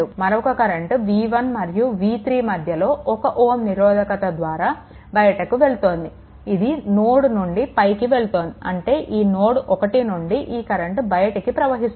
మరొక current v1 మరియు v3 మధ్యలో 1 Ω నిరోధకత ద్వారా బయటికి వెళ్తోంది ఇది నోడ్ నుండి పైకి వెళ్తోంది అంటే ఈ నోడ్1 నుండి ఈ కరెంట్ బయటికి ప్రవహిస్తోంది